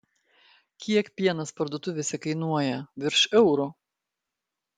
kiek pienas parduotuvėse kainuoja virš euro